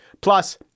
Plus